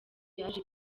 yaje